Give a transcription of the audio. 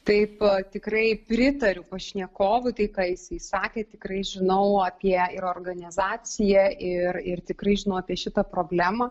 taip tikrai pritariu pašnekovui tai ką jisai sakė tikrai žinau apie ir organizaciją ir ir tikrai žinau apie šitą problemą